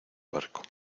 barco